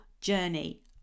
journey